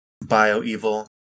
Bio-Evil